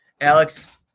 Alex